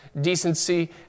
decency